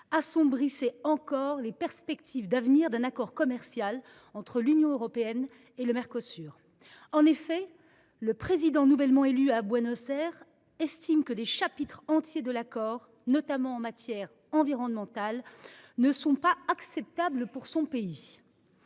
assombrissait encore les perspectives d’un accord commercial entre l’Union européenne et le Mercosur. En effet, le président nouvellement élu à Buenos Aires estime que des chapitres entiers de l’accord, notamment en matière environnementale, ne sont pas acceptables pour son pays.